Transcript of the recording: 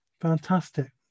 Fantastic